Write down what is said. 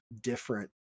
different